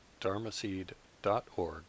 dharmaseed.org